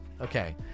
okay